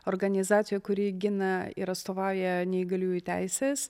organizacijoj kuri gina ir atstovauja neįgaliųjų teises